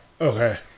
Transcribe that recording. Okay